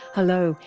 hello,